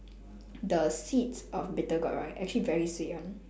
the seeds of bitter gourd right actually very sweet [one]